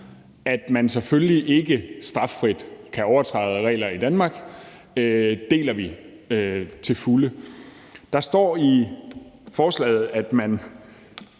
at man selvfølgelig ikke straffrit kan overtræde regler i Danmark, deler vi til fulde. Der står i forslaget, at